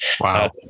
Wow